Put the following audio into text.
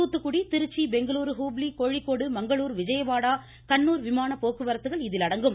தூத்துக்குடி திருச்சி பெங்களுரு ஹுப்ளி கோழிக்கோடு மங்களுர் விஜயவாடா கண்ணூர் விமான போக்குவரத்துகள் இதில் அடங்கும்